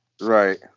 Right